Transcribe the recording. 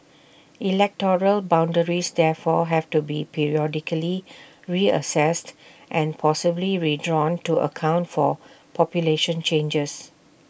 electoral boundaries therefore have to be periodically reassessed and possibly redrawn to account for population changes